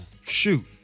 shoot